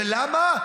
ולמה?